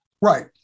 Right